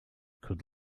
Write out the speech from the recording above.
could